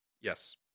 Yes